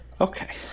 Okay